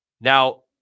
Now